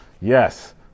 Yes